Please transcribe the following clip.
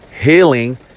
healing